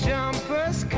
Jumpers